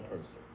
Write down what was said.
person